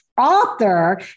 author